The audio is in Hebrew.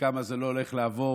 וכמה זה לא הולך לעבור.